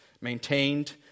maintained